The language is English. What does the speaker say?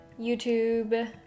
YouTube